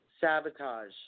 Sabotage